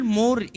more